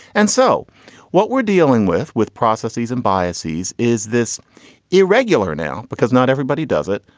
and so what we're dealing with with processes and biases is this irregular now because not everybody does it,